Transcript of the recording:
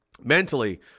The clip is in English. mentally